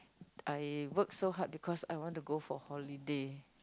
I work so hard because I want to go for holiday